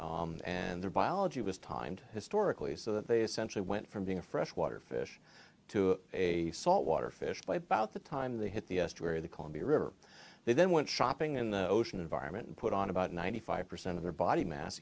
coast and their biology was timed historically so that they essentially went from being a freshwater fish to a salt water fish by about the time they hit the area the columbia river they then went shopping in the ocean environment put on about ninety five percent of their body mass